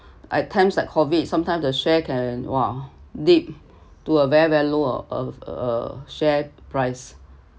at time like COVID sometime the share can !wah! deep to a very very low ah uh uh share price